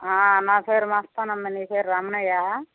నా పేరు మస్తానమ్మా నీ పేరు రమణయ్యా